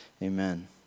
Amen